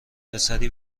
پسری